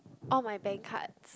all my bank card